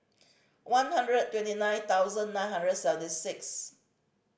one hundred twenty nine thousand nine hundred and seventy six